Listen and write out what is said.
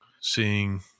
seeing